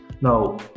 Now